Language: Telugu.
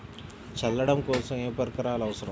చల్లడం కోసం ఏ పరికరాలు అవసరం?